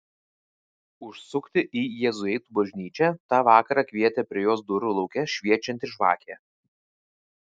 užsukti į jėzuitų bažnyčią tą vakarą kvietė prie jos durų lauke šviečianti žvakė